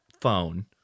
phone